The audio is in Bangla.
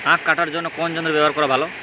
আঁখ কাটার জন্য কোন যন্ত্র ব্যাবহার করা ভালো?